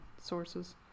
sources